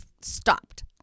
stopped